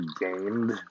gained